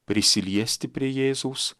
prisiliesti prie jėzaus